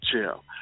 chill